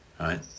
right